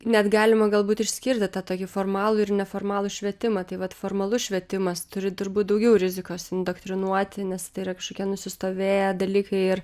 net galima galbūt išskirti tą tokį formalų ir neformalų švietimą tai vat formalus švietimas turi turbūt daugiau rizikos indoktrinuoti nes tai yra kažkokie nusistovėję dalykai ir